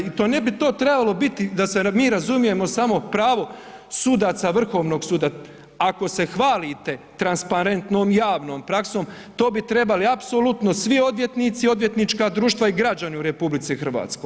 I to ne bi to trebalo biti da se razumijemo samo pravo sudaca Vrhovnog suda, ako se hvalite transparentnom javnom praksom, to bi trebalo apsolutno svi odvjetnici i odvjetnička društva i građani u RH.